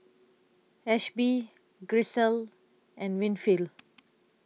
Ashby Grisel and Winfield